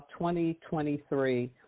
2023